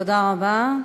תודה רבה.